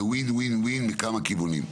זה "ווין-ווין-ווין" לכמה כיוונים.